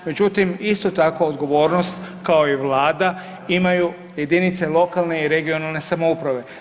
Međutim, isto tako odgovornost kao i vlada imaju jedinice lokalne i regionalne samouprave.